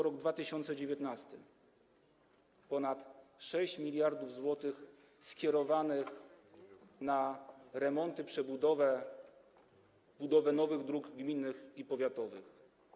Rok 2019 - ponad 6 mld zł skierowanych na remonty, przebudowę i budowę nowych dróg gminnych i powiatowych.